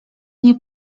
nie